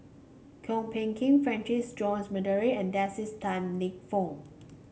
Kwok Peng Kin Francis Jose D'Almeida and Dennis Tan Lip Fong